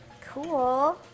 Cool